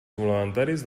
complementaris